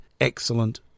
excellent